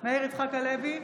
מאיר יצחק הלוי,